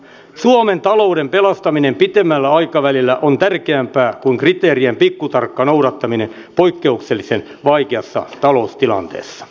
suomen talouden pelastaminen pitemmällä aikavälillä on tärkeämpää kuin kriteerien pikkutarkka noudattaminen poikkeuksellisen vaikeassa taloustilanteessa